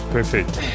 Perfeito